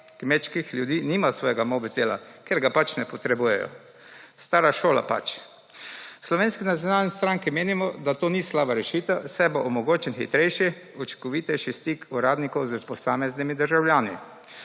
kmečkih ljudi nima svojega mobitela, ker ga pač ne potrebujejo. Stara šola pač. V Slovenski nacionalni stranki menimo, da to ni slaba rešitev, saj bo omogočen hitrejši, učinkovitejši stik uradnikov s posameznimi državljani.